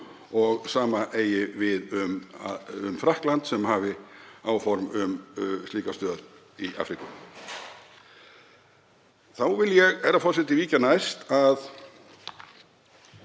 og sama eigi við um Frakkland sem hafi áform um slíka stöð í Afríku. Þá vil ég víkja næst að